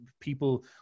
people